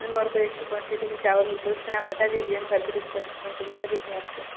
ma'am और कोई अच्छी क्वान्टिटी में चावल हो तो उसका नाम बता दीजिए हम घर पर डिस्कसन करके बता देंगे आपको